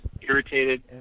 irritated